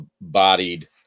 bodied